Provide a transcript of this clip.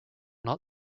not